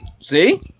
See